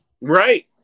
Right